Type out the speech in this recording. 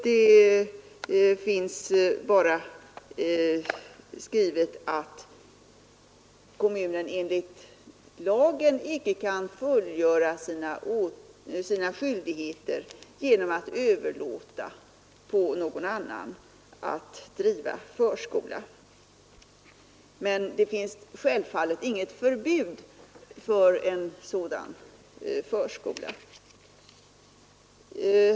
Där finns bara skrivet att kommunen enligt lagen icke kan fullgöra sina skyldigheter genom att överlåta på någon annan att driva förskola, men det finns däremot inget förbud mot en sådan förskola.